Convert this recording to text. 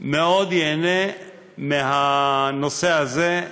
מאוד ייהנה מהנושא הזה.